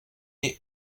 est